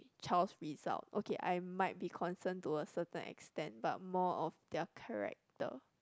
child's result okay I might be concern to a certain extend but more of their character